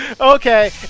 Okay